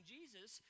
Jesus